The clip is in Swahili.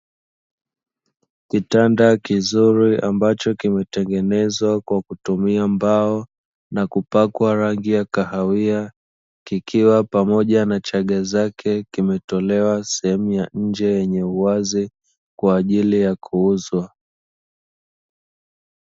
Kitanda kizuri ambacho kimetengenezwa kwa kutumia mbao na kupakwa rangi ya kahawia, kikiwa pamoja na chaga zake kimetolewa sehemu ya nje yenye uwazi kwa ajili ya kuuzwa.